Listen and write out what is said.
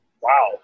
Wow